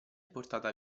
portata